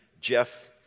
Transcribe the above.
Jeff